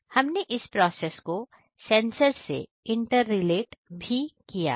हमने इस प्रोसेस को सेंसर से इंटर रिलेट भी किया है